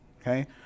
Okay